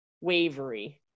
wavery